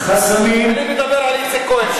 אני מדבר על איציק כהן,